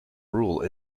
rule